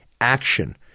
action